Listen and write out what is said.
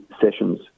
sessions